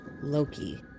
Loki